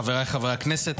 חבריי חברי הכנסת,